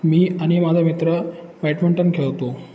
मी आणि माझा मित्र बॅडमिंटन खेळतो